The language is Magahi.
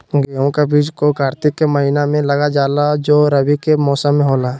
गेहूं का बीज को कार्तिक के महीना में लगा जाला जो रवि के मौसम में होला